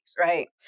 right